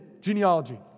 genealogy